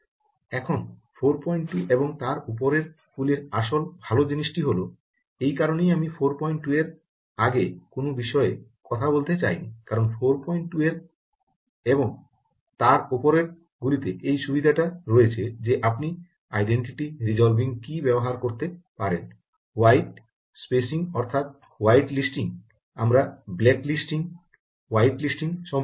এখন 42 এবং তার উপরের গুলির আসল ভাল জিনিসটি হল এই কারণেই আমি 42 এর আগে কোনও বিষয়ে কথা বলতে চাইনি কারণ 42 এবং তার উপরের গুলিতে এই সুবিধাটি রয়েছে যেখানে আপনি আইডেন্টিটি রিজলভিং কী ব্যবহার করতে পারেন হোয়াইট স্পেসিং অর্থাৎ হোয়াইট লিস্টিং আমরা ব্ল্যাক লিস্টিং হোয়াইট লিস্টিং সম্পর্কে জানি